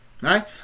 right